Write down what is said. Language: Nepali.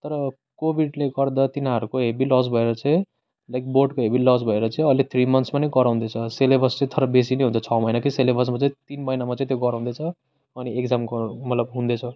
तर कोविडले पनि गर्दा तिनीहरूको हेभी लस भएर चाहिँ लाइक बोर्डको हेभी लस भएर चाहिँ अहिले थ्री मन्थस पनि गराउँदै छन् सिलेबस चाहिँ तर बेसी नै हुन्छ छ महिनाकै सिलेबस तर बेसी नै हुन्छ तिन महिनामा चाहिँ त्यो गराउँदैछ अनि एक्जाम गराउ मतलब हुँदैछ